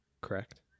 correct